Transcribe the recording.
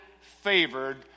favored